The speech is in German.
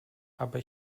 aber